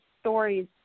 stories